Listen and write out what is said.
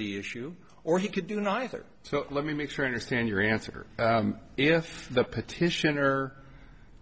the issue or he could do neither so let me make sure i understand your answer if the petitioner